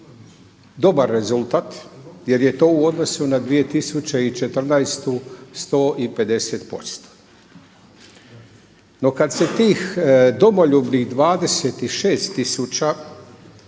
dobar rezultat jer je to u odnosu na 2014. 150%. No, kad se tih domoljubnih 26